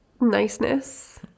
niceness